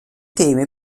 teme